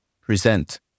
present